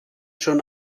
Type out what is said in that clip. schon